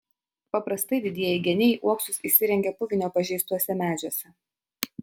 paprastai didieji geniai uoksus įsirengia puvinio pažeistuose medžiuose